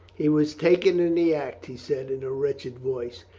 he was taken in the act, he said in a wretched voice.